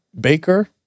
Baker